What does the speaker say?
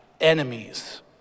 enemies